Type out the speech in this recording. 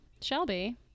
Shelby